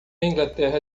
inglaterra